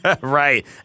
Right